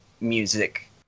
music